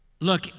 Look